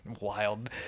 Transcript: wild